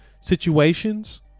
situations